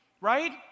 Right